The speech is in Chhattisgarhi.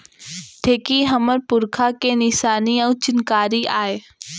ढेंकी हमर पुरखा के निसानी अउ चिन्हारी आय